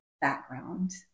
background